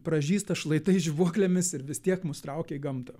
pražysta šlaitai žibuoklėmis ir vis tiek mus traukia į gamtą